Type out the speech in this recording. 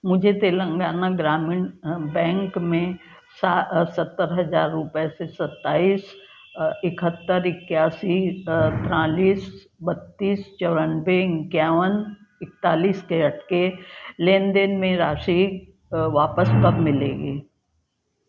मुझे तेलंगाना ग्रामीण बैंक में सत्तर हज़ार रुपये से सत्ताईस इकहत्तर इक्यासी तियालीस बत्तीस चौरानवे इक्यावन इकतालीस के अटके लेनदेन में राशि वापस कब मिलेगी